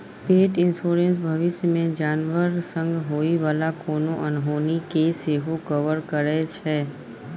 पेट इन्स्योरेन्स भबिस मे जानबर संग होइ बला कोनो अनहोनी केँ सेहो कवर करै छै